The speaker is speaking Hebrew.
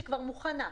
שכבר מוכנה,